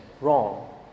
wrong